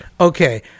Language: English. Okay